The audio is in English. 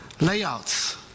layouts